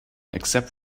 except